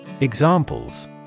Examples